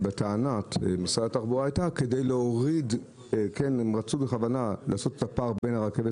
משרד התחבורה ביקש במכוון להבדיל בין הרכבת